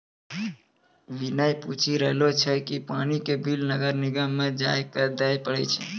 विनय पूछी रहलो छै कि पानी के बिल नगर निगम म जाइये क दै पड़ै छै?